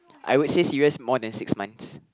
I would say serious more than six months